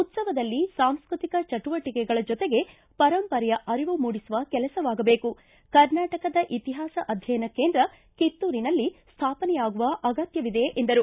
ಉತ್ಸವದಲ್ಲಿ ಸಾಂಸ್ಟೃತಿಕ ಚಟುವಟಿಕೆಗಳ ಜೊತೆಗೆ ಪರಂಪರೆಯ ಅರಿವು ಮೂಡಿಸುವ ಕೆಲಸವಾಗಬೇಕು ಕರ್ನಾಟಕದ ಇತಿಹಾಸ ಅಧ್ಯಯನ ಕೇಂದ್ರ ಕಿತ್ತೂರಿನಲ್ಲಿ ಸ್ಥಾಪನೆಯಾಗುವ ಅಗತ್ಯವಿದೆ ಎಂದರು